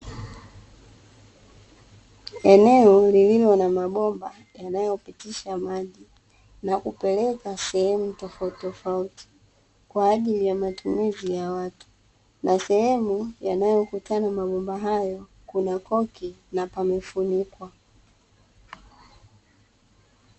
Eneo lilio na mabomba yanayopitisha maji na kupeleka sehemu tofauti tofauti kwa ajili ya matumizi ya watu, na sehemu yanayokutana mabomba hayo kuna koki na pamefunikwa.